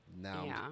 now